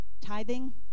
tithing